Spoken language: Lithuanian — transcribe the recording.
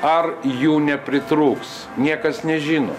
ar jų nepritrūks niekas nežino